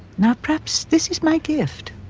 now, perhaps this is my gift.